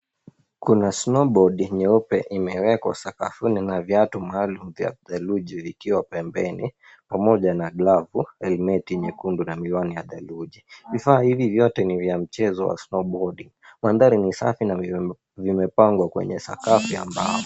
Kuna snowboard nyeupe imewekwa sakafuni na viatu maalum vya theluji vikiwa pembeni pamoja na glavu, helmeti nyekundu na miwani ya theluji. Vifaa hivi vyote ni vya mchezo wa snowboard . Mandhari ni safi na vimepangwa kwenye sakafu ya mbao.